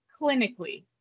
clinically